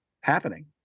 happening